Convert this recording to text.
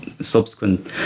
subsequent